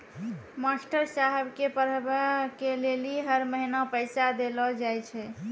master साहेब के पढ़बै के लेली हर महीना पैसा देलो जाय छै